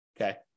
Okay